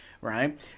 right